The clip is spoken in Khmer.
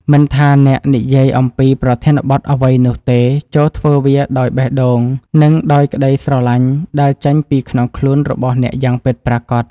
មិនថាអ្នកនិយាយអំពីប្រធានបទអ្វីនោះទេចូរធ្វើវាដោយបេះដូង និងដោយក្តីស្រឡាញ់ដែលចេញពីក្នុងខ្លួនរបស់អ្នកយ៉ាងពិតប្រាកដ។